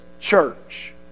church